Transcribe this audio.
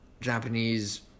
Japanese